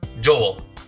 Joel